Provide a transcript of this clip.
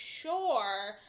sure